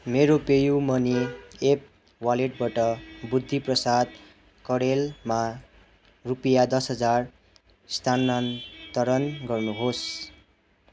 मेरो pay U money app वालेटबाट बुद्धि प्रसाद कँडेलमा रुपियाँ दस हजार स्थानान्तरण गर्नु होस्